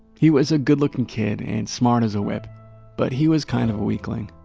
he was a good looking kid and smart as a whip but he was kind of weakling.